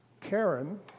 Karen